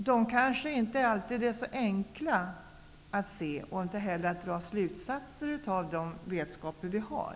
Det är kanske inte alltid helt enkelt att se konsekvenserna eller att dra slutsatser av den vetskap vi har.